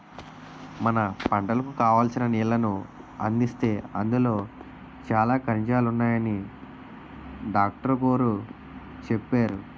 మన పంటలకు కావాల్సిన నీళ్ళను అందిస్తే అందులో చాలా ఖనిజాలున్నాయని డాట్రుగోరు చెప్పేరు